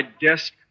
desk